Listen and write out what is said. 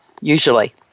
usually